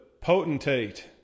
potentate